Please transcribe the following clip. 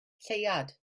lleuad